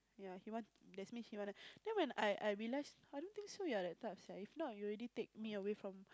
ya he want that means she want then when I I realise I don't think so you're that type so if not you already take me away from